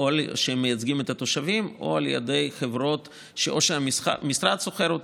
שמייצגים את התושבים או על ידי חברות שהמשרד שוכר,